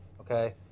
okay